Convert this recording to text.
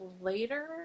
later